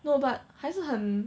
no but 还是很